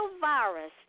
virus